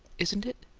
isn't it?